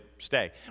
stay